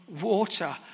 water